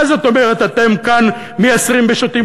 מה זאת אומרת אתם כאן מייסרים בשוטים